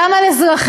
גם על אזרחים,